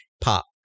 pop